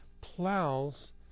plows